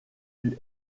fut